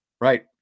Right